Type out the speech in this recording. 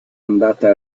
andata